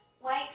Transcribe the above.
white